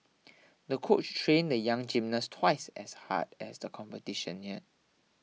the coach trained the young gymnast twice as hard as the competition neared